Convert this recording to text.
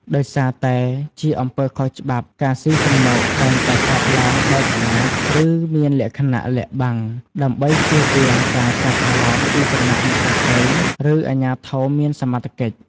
ដោយសារតែជាអំពើខុសច្បាប់ ការស៊ីសំណូកតែងតែកើតឡើងដោយសម្ងាត់ ឬមានលក្ខណៈលាក់បាំង ដើម្បីចៀសវាងការចាប់អារម្មណ៍ពីសំណាក់អ្នកដទៃ ឬអាជ្ញាធរមានសមត្ថកិច្ច។